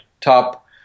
top